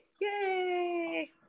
Yay